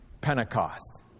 Pentecost